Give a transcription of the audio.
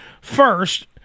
first